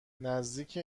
نزدیک